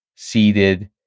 Seated